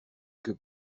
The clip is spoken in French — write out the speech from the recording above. que